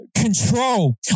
control